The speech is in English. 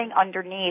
underneath